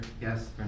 Yes